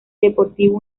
deportivo